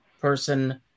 person